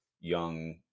young